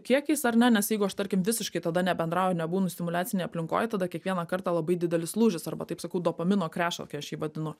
kiekiais ar ne nes jeigu aš tarkim visiškai tada nebendrauju nebūnu stimuliacinėj aplinkoj tada kiekvieną kartą labai didelis lūžis arba taip sakau dopamino krešu kai aš jį vadinu